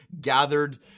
gathered